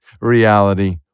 reality